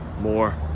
more